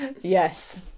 yes